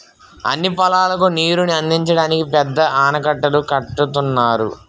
అన్ని పొలాలకు నీరుని అందించడానికి పెద్ద ఆనకట్టలు కడుతున్నారు